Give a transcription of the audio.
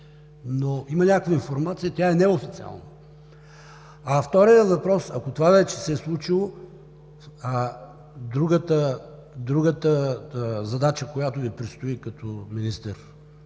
Има някаква информация, тя е неофициална. Вторият въпрос, ако това вече се е случило, другата задача, която Ви предстои като министър